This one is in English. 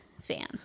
fan